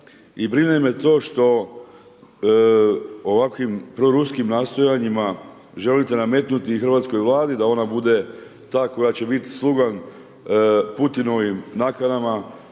brine me to što ovakvim proruskim nastojanjima želite nametnuti i hrvatskoj Vladi da ona bude ta koja će bit slugan Putinovim nakanama,